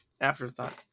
afterthought